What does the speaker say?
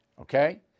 Okay